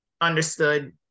understood